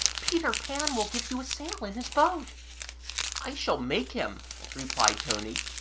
peter pan will give you a sail in his boat i shall make him replied tony